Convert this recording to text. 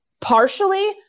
partially